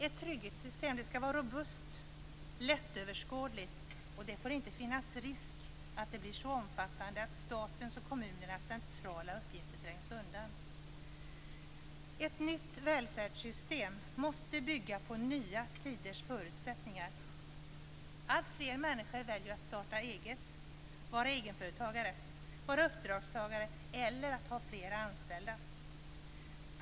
Ett trygghetssystem skall vara robust, lättöverskådligt och det får inte finnas risk för att det blir så omfattande att statens och kommunernas centrala uppgifter trängs undan. Ett nytt välfärdssystem måste bygga på nya tiders förutsättningar. Alltfler människor väljer att starta eget, vara egenföretagare, vara uppdragstagare eller att ha flera anställda.